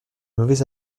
mauvais